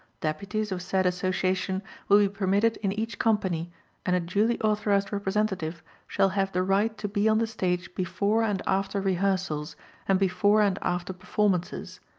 deputies of said association will be permitted in each company and a duly authorized representative shall have the right to be on the stage before and after rehearsals and before and after performances,